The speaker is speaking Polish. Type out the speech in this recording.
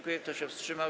Kto się wstrzymał?